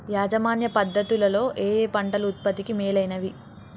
యాజమాన్య పద్ధతు లలో ఏయే పంటలు ఉత్పత్తికి మేలైనవి?